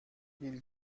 بیل